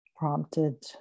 prompted